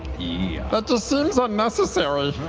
yeah that just seems unnecessary.